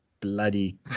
bloody